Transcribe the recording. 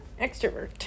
extrovert